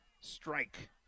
strike